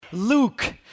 Luke